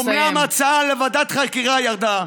אומנם ההצעה לוועדת חקירה ירדה,